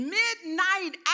midnight